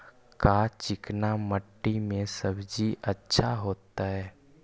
का चिकना मट्टी में सब्जी अच्छा होतै?